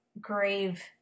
grave